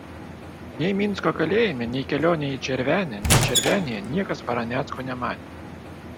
nei minsko kalėjime nei kelionėje į červenę nei červenėje niekas varanecko nematė